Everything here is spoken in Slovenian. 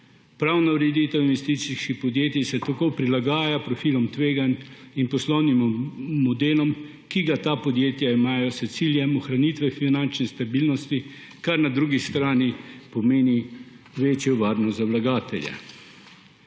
Pravna ureditev investicijskih podjetij se tako prilagaja profilom tveganj in poslovnim modelom, ki ga ta podjetja imajo s ciljem ohranitve finančne stabilnosti, kar na drugi strani pomeni večjo varnost za vlagatelje.